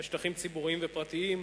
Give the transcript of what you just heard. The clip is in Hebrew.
בשטחים ציבוריים ופרטיים,